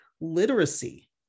literacy